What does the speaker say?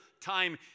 time